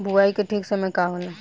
बुआई के ठीक समय का होला?